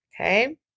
okay